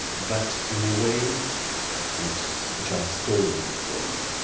but in a way it's just stones for me